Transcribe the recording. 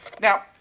Now